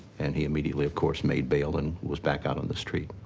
and he immediately, of course, made bail, and was back out on the street.